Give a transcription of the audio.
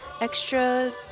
extra